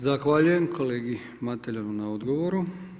Zahvaljujem kolegi Mateljanu na odgovoru.